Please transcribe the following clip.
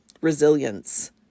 resilience